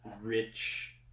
rich